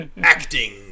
Acting